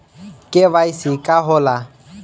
KYC का होला?